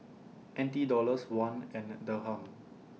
N T Dollars Won and Dirham